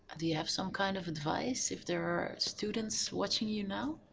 do you have some kind of advice if there are students watching you now?